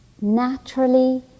naturally